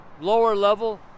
lower-level